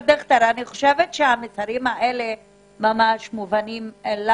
המסרים ברורים.